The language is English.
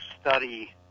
study